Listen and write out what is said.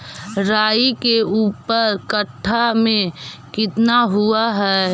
राई के ऊपर कट्ठा में कितना हुआ है?